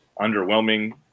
underwhelming